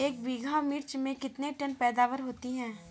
एक बीघा मिर्च में कितने टन पैदावार होती है?